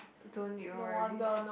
don't need worry